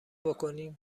بکینم